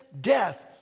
Death